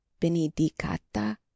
Benedicata